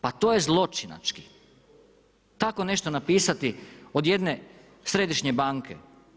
Pa to je zločinački, tako nešto napisati od jedne središnje banke.